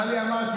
טלי, אמרתי.